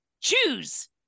choose